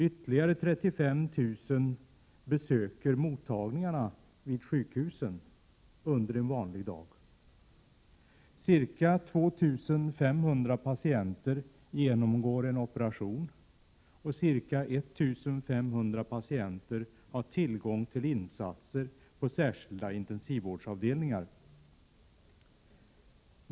Ytterligare 35 000 besöker mottagningarna vid sjukhusen under en vanlig dag. Ca 2 500 patienter genomgår en operation, och ca 1 500 har tillgång till insatser på särskilda intensivvårdsavdelningar.